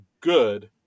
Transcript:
good